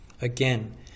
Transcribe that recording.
Again